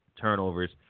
turnovers